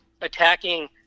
attacking